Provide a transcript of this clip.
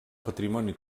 patrimoni